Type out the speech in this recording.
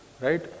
right